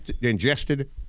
ingested